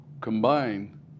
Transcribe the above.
combine